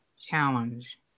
challenge